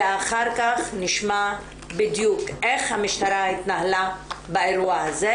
ואחר כך נשמע בדיוק איך המשטרה התנהלה באירוע הזה,